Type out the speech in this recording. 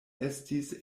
estis